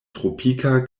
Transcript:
tropika